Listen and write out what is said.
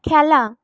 খেলা